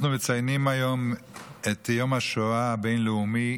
אנחנו מציינים היום את יום השואה הבין-לאומי.